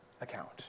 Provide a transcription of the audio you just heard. account